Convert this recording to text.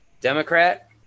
democrat